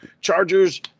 Chargers